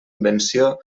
invenció